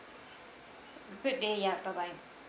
good day ya bye bye